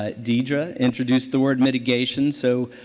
ah deidre introduced the word mitigation. so,